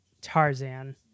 Tarzan